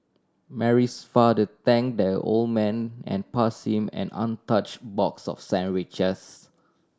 Mary's father thank the old man and pass him an untouch box of sandwiches